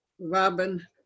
Robin